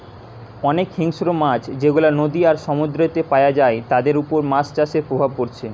অনেক হিংস্র মাছ যেগুলা নদী আর সমুদ্রেতে পায়া যায় তাদের উপর মাছ চাষের প্রভাব পড়ছে